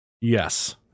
Yes